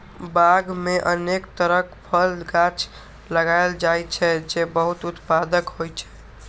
बाग मे अनेक तरहक फलक गाछ लगाएल जाइ छै, जे बहुत उत्पादक होइ छै